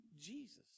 Jesus